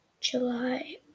July